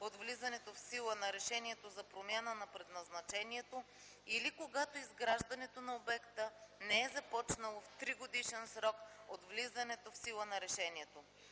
от влизането в сила на решението за промяна на предназначението или когато изграждането на обекта не е започнало в 3-годишен срок от влизането в сила на решението.